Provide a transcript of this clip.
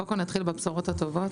קודם כל נתחיל בבשורות הטובות,